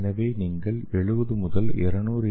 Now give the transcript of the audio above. எனவே நீங்கள் 70 முதல் 200 என்